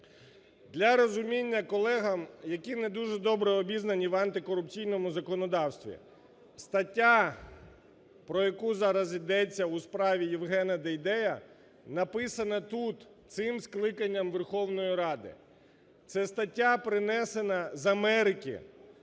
Для розуміння колегам, які не дуже добре обізнані в антикорупційному законодавстві. Стаття, про яку зараз йдеться у справі Євгена Дейдея, написана тут, цим скликанням Верховної Ради. Ця стаття принесена з Америки,